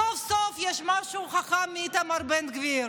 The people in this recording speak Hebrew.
סוף-סוף יש משהו חכם מאיתמר בן גביר,